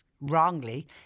wrongly